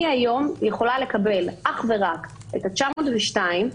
אני היום יכולה לקבל אך ורק את ה-902,